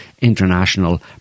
international